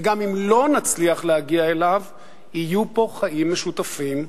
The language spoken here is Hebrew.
וגם אם לא נצליח להגיע אליו יהיו פה חיים משותפים,